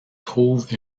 trouve